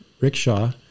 rickshaw